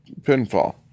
pinfall